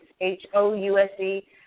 H-O-U-S-E